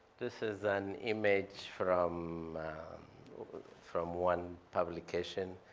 this is an image from from one publication.